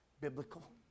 biblical